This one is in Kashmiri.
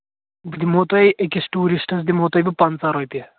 بہٕ دِمو تۄہہِ أکِس ٹوٗرِسٹَس دِمو تۄہہِ بہٕ پنٛژاہ رۄپیہِ